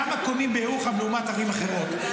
כמה קונים בירוחם לעומת ערים אחרות,